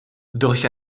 durch